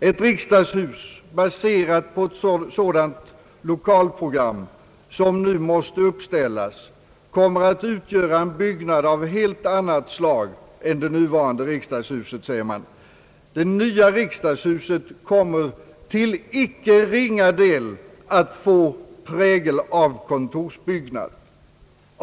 Ett riksdagshus, baserat på ett sådant lokalprogram som nu måste uppställas, kommer att utgöra en byggnad av helt annat slag än det nuvarande riksdagshuset, säger man. Det nya riksdagshuset kommer till icke ringa del att få prägel av kontorsbyggnad.